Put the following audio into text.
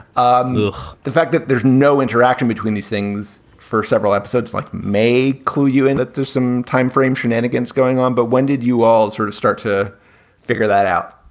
um the fact that there's no interaction between these things for several episodes like meh clue you in that there's some time frame shenanigans going on. but when did you all sort of start to figure that out?